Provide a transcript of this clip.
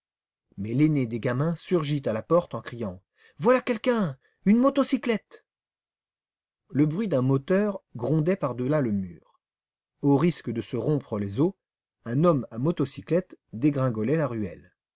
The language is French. mais l'aîné des gamins surgit à la porte en criant voilà quelqu'un une motocyclette le bruit d'un moteur grondait par-delà le mur au risque de se rompre les os un homme à motocyclette dégringolait la ruelle